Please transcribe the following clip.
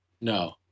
No